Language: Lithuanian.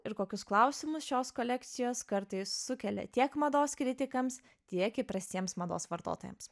ir kokius klausimus šios kolekcijos kartais sukelia tiek mados kritikams tiek įprastiems mados vartotojams